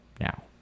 now